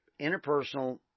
interpersonal